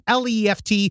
left